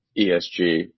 ESG